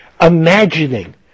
imagining